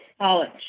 College